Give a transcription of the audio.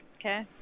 Okay